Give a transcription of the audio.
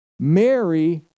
Mary